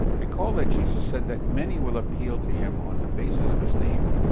recall that jesus said that many will appeal to him on the basis of his name,